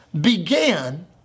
began